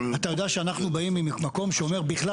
אתה יודע שאנחנו באים ממקום שאומר בכלל,